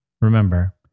Remember